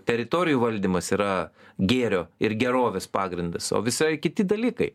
teritorijų valdymas yra gėrio ir gerovės pagrindas o visai kiti dalykai